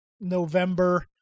November